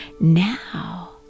now